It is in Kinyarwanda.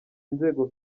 inzego